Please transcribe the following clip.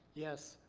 yes.